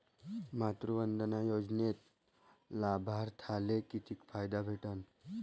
मातृवंदना योजनेत लाभार्थ्याले किती फायदा भेटन?